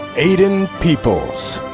aidan peeples.